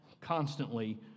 constantly